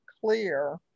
clear